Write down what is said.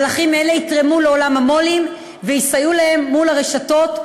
מהלכים אלה יתרמו לעולם המו"לים ויסייעו להם מול הרשתות,